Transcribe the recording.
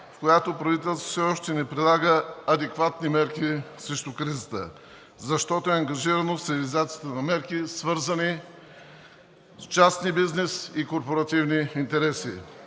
в която правителството не прилага адекватни мерки срещу кризата, защото е ангажирано с реализацията на мерки, свързани с частния бизнес и корпоративни интереси.